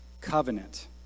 covenant